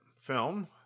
film